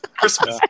Christmas